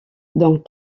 dans